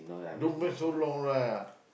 don't make so long lah